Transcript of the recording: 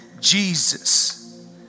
Jesus